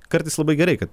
kartais labai gerai kad